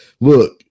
look